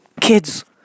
Kids